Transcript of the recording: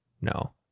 No